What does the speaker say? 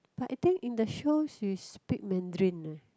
but I think in the show she speak Mandarin eh